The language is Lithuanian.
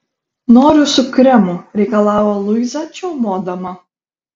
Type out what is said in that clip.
noriu su kremu reikalavo luiza čiaumodama